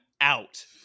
out